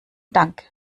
dank